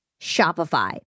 Shopify